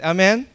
Amen